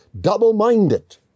Double-minded